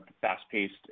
fast-paced